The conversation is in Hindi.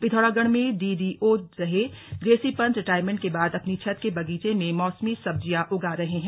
पिथौरागढ़ में डीडीओ रहे जेसी पंत रिटायरमेंट के बाद अपनी छत के बगीचे में मौसमी सब्जियां उगा रहे हैं